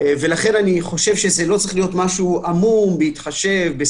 לכן אני חושב שזה לא צריך להיות משהו עמום "בהתחשב" או